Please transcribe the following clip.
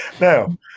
Now